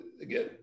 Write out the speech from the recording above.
again